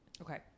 Okay